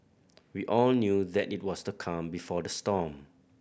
we all knew that it was the calm before the storm